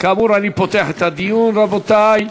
כאמור, אני פותח את הדיון, רבותי.